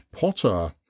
Potter